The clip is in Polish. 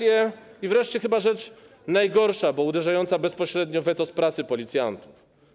I wreszcie chyba rzecz najgorsza, bo uderzająca bezpośrednio w etos pracy policjantów.